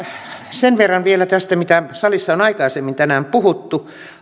sen verran vielä tästä mistä salissa on aikaisemmin tänään puhuttu